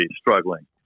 struggling